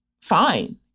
Fine